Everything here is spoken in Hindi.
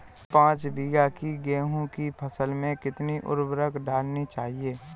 पाँच बीघा की गेहूँ की फसल में कितनी उर्वरक डालनी चाहिए?